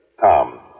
Tom